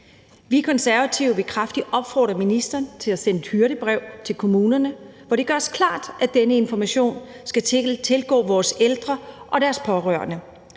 Vi Konservative vil kraftigt opfordre ministeren til at sende et hyrdebrev til kommunerne, hvor det gøres klart, at denne information skal tilgå vores ældre og deres pårørende